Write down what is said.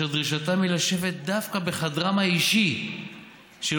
דרישתם היא לשבת דווקא בחדרם האישי של